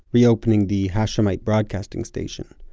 reopening the hashemite broadcasting station.